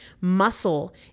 Muscle